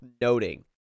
noting